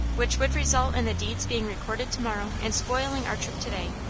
which would result in the deeds being recorded to-morrow and spoiling our trip to-day,